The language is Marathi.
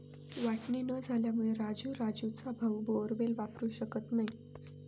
वाटणी न झाल्यामुळे राजू राजूचा भाऊ बोअरवेल वापरू शकत नाही